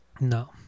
No